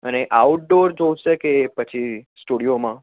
અને આઉટડોર જોઇશે કે પછી સ્ટુડિયોમાં